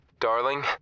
darling